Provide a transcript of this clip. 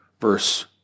verse